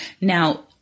Now